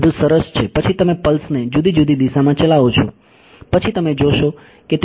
બધું સરસ છે પછી તમે પલ્સને જુદી જુદી દિશામાં ચલાવો છો પછી તમે જોશો કે તે ખૂબ જ અલગ રીતે વર્તે છે